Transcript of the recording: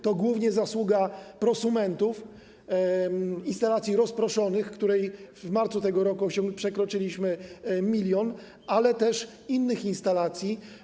To głównie zasługa prosumentów instalacji rozproszonych, których w marcu tego roku przekroczyliśmy 1 mln, ale też innych instalacji.